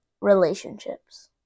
relationships